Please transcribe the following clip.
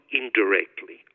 indirectly